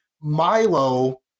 Milo